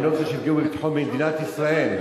אני לא רוצה שיפגעו בביטחון מדינת ישראל.